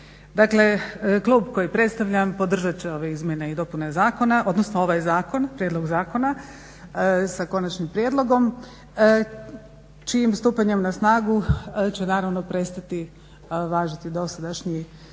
Dakle Klub koji predstavljam podržat će ove izmjene i dopune zakona, odnosno ovaj zakon, prijedlog zakona sa konačnim prijedlogom čijim stupanjem na snagu će naravno prestati važiti dosadašnji